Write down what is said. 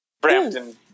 Brampton